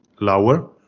lower